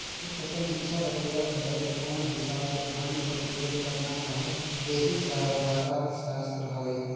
अपन इक्छा ल पूरा करे बर कोन हिसाब ले धन कर उपयोग करना अहे एही सब हर अर्थसास्त्र हवे